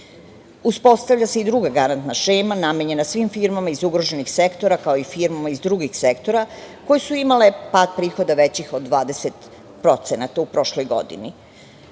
kredite. Uspostavlja se i druga garantna šema namenjena svim firmama iz ugroženih sektora, kao i firmama iz drugih sektora koje su imale par prihoda većih od 20% u prošloj godini.